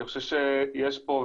אני חושב שיש פה,